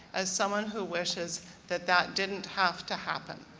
as someone who wishes that that didn't have to happen,